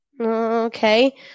okay